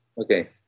Okay